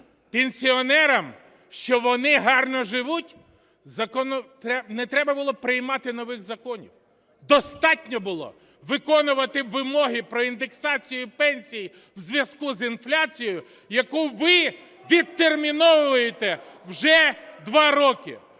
пенсіонерам, що вони гарно живуть? Не треба було приймати нових законів, достатньо було виконувати вимоги про індексацію пенсій у зв'язку з інфляцією, яку ви відтерміновуєте вже два роки.